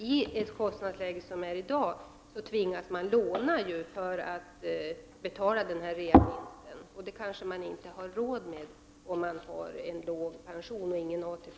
I det kostnadsläge som råder i dag tvingas människor låna pengar för att betala reavinstskatten. Det kanske man inte har råd med om man har låg pension och ingen ATP.